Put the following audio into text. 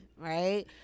Right